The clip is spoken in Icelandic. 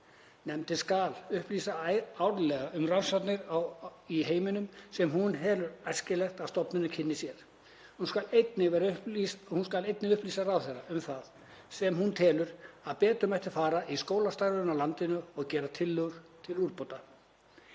Nefndin skal upplýsa árlega um rannsóknir í heiminum sem hún telur æskilegt að stofnunin kynni sér. Hún skal einnig upplýsa ráðherra um það sem hún telur að betur mætti fara í skólastarfi í landinu og gera tillögur til úrbóta.